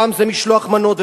כשפעם זה משלוח מנות,